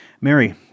Mary